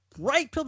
right